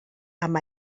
amb